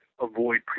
avoid